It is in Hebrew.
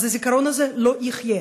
הזיכרון הזה לא יחיה.